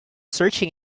searching